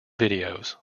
videos